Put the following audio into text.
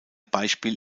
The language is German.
beispiel